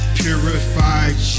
purified